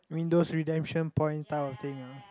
you mean those redemption point type of thing ah